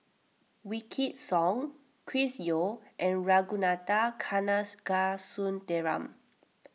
Wykidd Song Chris Yeo and Ragunathar Kanagasuntheram